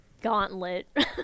gauntlet